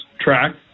track